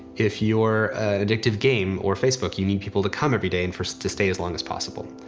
if you're an addictive game or facebook you need people to come every day and to stay as long as possible.